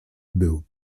był